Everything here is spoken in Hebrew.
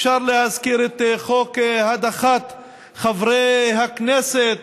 אפשר להזכיר את החוק להדחת חברי הכנסת,